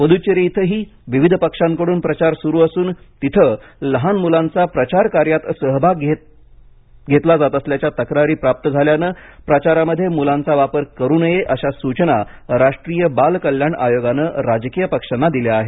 पुददूचेरी इथही विविध पक्षांकडून प्रचार सुरू असून तिथे लहान मुलांचा प्रचार कार्यात सहभाग घेतला जात असल्याच्या तक्रारी प्राप्त झाल्यानं प्रचारामधे मुलांचा वापर करू नये अशा सूचना राष्ट्रीय बाल कल्याण आयोगाने राजकीय पक्षांना दिल्या आहेत